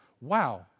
Wow